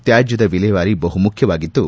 ತ್ಕಾಜ್ಞದ ವಿಲೇವಾರಿ ಬಹುಮುಖ್ಯವಾಗಿದ್ದು